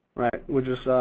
right, we're just